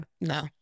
No